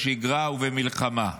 בשגרה ובמלחמה".